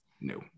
no